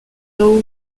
low